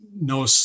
no